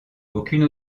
aucune